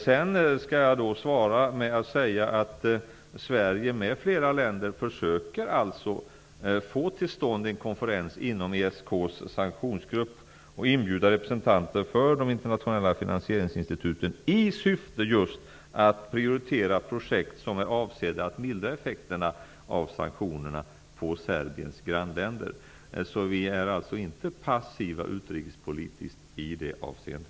Låt mig sedan säga att Sverige m.fl. länder försöker få till stånd en konferens inom ESK:s sanktionsgrupp. Dit skulle man inbjuda representanter för de internationella finansieringsinstituten i syfte att just prioritera projekt som är avsedda att mildra effekterna på Serbiens grannländer av sanktionerna. Vi är alltså inte utrikespolitiskt passiva i det avseendet.